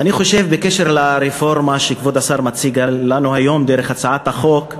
אני חושב בקשר לרפורמה שכבוד השר מציג לנו היום דרך הצעת החוק,